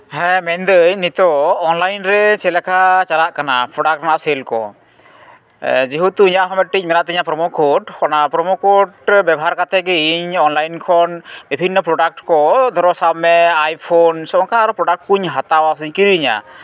ᱦᱮᱸ ᱢᱮᱱᱫᱟᱹᱧ ᱱᱤᱛᱚᱜ ᱚᱱᱞᱟᱭᱤᱱ ᱨᱮ ᱪᱮᱫ ᱞᱮᱠᱟ ᱪᱟᱞᱟᱜ ᱠᱟᱱᱟ ᱯᱨᱚᱰᱟᱠᱴ ᱨᱮᱱᱟᱜ ᱥᱮᱞ ᱠᱚ ᱡᱮᱦᱮᱛᱩ ᱤᱧᱟᱹᱜ ᱦᱚᱸ ᱢᱤᱫᱴᱤᱱ ᱢᱮᱱᱟᱜ ᱛᱤᱧᱟᱹ ᱯᱨᱚᱢᱳ ᱠᱳᱰ ᱚᱱᱟ ᱯᱨᱳᱢᱳ ᱠᱳᱰ ᱵᱮᱵᱚᱦᱟᱨ ᱠᱟᱛᱮᱜᱮ ᱤᱧ ᱚᱱᱞᱟᱭᱤᱱ ᱠᱷᱚᱱ ᱵᱤᱵᱷᱤᱱᱱᱚ ᱯᱨᱚᱰᱟᱠᱴ ᱠᱚ ᱫᱷᱚᱨᱚ ᱥᱟᱵ ᱢᱮ ᱟᱭ ᱯᱷᱳᱱ ᱥᱚᱝᱠᱷᱟ ᱟᱨᱚ ᱯᱨᱚᱰᱟᱠᱴ ᱠᱚᱧ ᱦᱟᱛᱟᱣᱟ ᱥᱮᱧ ᱠᱤᱨᱤᱧᱟ